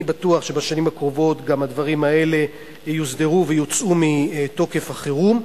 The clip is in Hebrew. אני בטוח שבשנים הקרובות גם הדברים האלה יוסדרו ויוצאו מתוקף החירום.